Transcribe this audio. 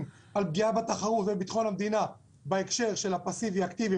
על פגיעה בתחרות ובביטחון המדינה בהקשר של הפאסיבי-אקטיבי,